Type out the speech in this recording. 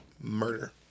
murder